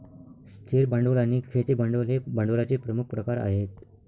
स्थिर भांडवल आणि खेळते भांडवल हे भांडवलाचे प्रमुख प्रकार आहेत